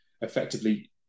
effectively